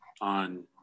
on